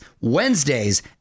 Wednesdays